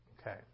Okay